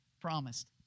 promised